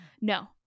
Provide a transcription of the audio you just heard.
No